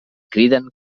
criden